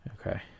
Okay